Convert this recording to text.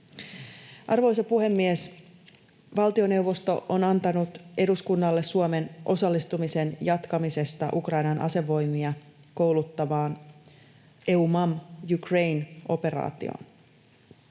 Arvoisa puhemies! Valtioneuvosto on antanut eduskunnalle selonteon Suomen osallistumisen jatkamisesta Ukrainan asevoimia kouluttavaan EUMAM Ukraine ‑operaatioon.